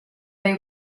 they